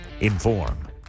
inform